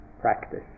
practice